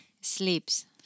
Sleeps